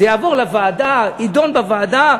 זה יעבוד לוועדה, יידון בוועדה.